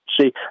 see